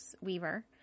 Weaver